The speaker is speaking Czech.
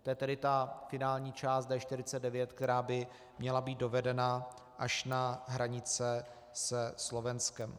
To je tedy ta finální část D49, která by měla být dovedena až na hranice se Slovenskem.